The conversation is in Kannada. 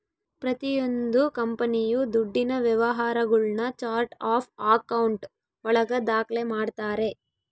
ಪ್ರತಿಯೊಂದು ಕಂಪನಿಯು ದುಡ್ಡಿನ ವ್ಯವಹಾರಗುಳ್ನ ಚಾರ್ಟ್ ಆಫ್ ಆಕೌಂಟ್ ಒಳಗ ದಾಖ್ಲೆ ಮಾಡ್ತಾರೆ